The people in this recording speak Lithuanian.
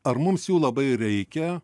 ar mums jų labai reikia